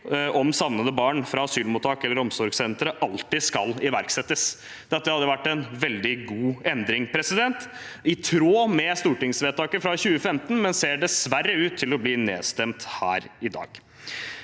om savnede barn fra asylmottak eller omsorgssentre alltid skal iverksettes. Dette hadde vært en veldig god endring, i tråd med stortingsvedtaket fra 2015, men ser dessverre ut til å bli nedstemt her i dag.